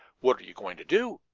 what are you going to do?